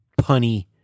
punny